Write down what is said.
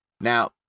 Now